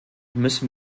müssen